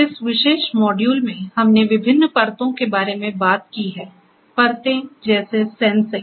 इस विशेष मॉड्यूल में हमने विभिन्न परतों के बारे में बात की है परत जैसे सैंसिंग